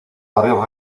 barrio